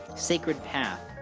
sacred path.